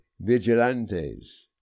vigilantes